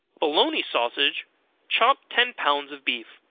bologna sausage chop ten pounds of beef,